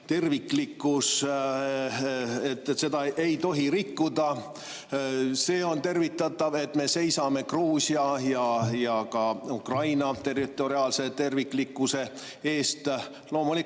terviklikkust ei tohi rikkuda. On tervitatav, et me seisame Gruusia ja ka Ukraina territoriaalse terviklikkuse eest. Loomulikult